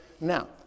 Now